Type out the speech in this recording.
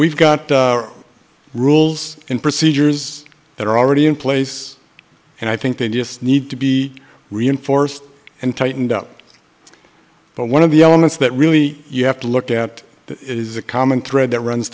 we've got rules and procedures that are already in place and i think they just need to be reinforced and tightened up but one of the elements that really you have to look at that is the common thread that runs